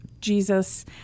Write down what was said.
Jesus